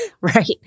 right